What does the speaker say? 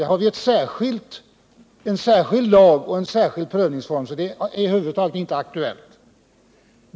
Där har vi en särskild lag och en särskild prövningsform, så det är inte aktuellt.